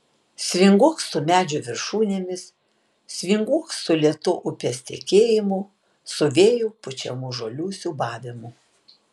svinguok su medžių viršūnėmis svinguok su lėtu upės tekėjimu su vėjo pučiamų žolių siūbavimu